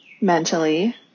mentally